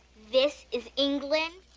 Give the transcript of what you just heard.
this is england?